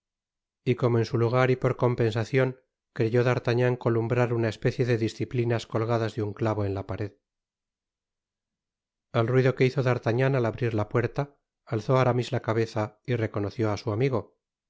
y como en su lngar y por compensacion creyó d'artagnan columbrar una especie de disciplinas colgadas de un clavo en la pared al ruido que hizo d'artagnan al abrir la puerta alzó aramis la cabeza y reconoció á su amigo